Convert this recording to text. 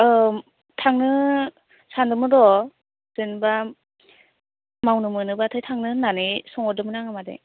औ थांनो सानदोंमोन र' जेन'बा मावनो मोनोबाथाय थांनो होन्नानै सोंहरदोंमोन आङो मादै